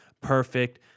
Perfect